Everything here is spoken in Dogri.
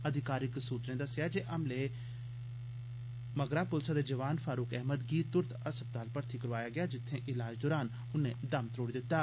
अधिकारिक सुत्तरें दस्सेआ जे हमले मगरा पुलसा दे जवान फारूक अहमद गी तुरत अस्पताल भर्थी करोआया गेआ जित्थे इलाज दौरान उन्नै दम त्रोड़ी दित्ता